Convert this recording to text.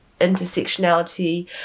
intersectionality